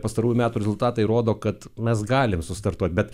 pastarųjų metų rezultatai rodo kad mes galim sustartuoti bet